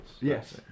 Yes